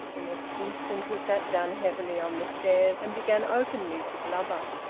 the next instant he sat down heavily on the stairs and began openly to blubber.